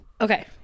Okay